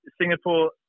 Singapore